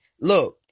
look